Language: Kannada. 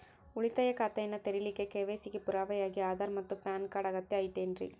ಉಳಿತಾಯ ಖಾತೆಯನ್ನ ತೆರಿಲಿಕ್ಕೆ ಕೆ.ವೈ.ಸಿ ಗೆ ಪುರಾವೆಯಾಗಿ ಆಧಾರ್ ಮತ್ತು ಪ್ಯಾನ್ ಕಾರ್ಡ್ ಅಗತ್ಯ ಐತೇನ್ರಿ?